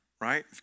right